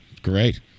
Great